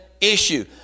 issue